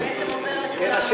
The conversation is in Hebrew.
לכל המתמודדים, זה בעצם עוזר לכולם.